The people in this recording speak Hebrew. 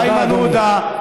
איימן עודה,